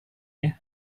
you